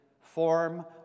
form